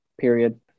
period